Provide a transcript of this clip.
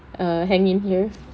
err hang in here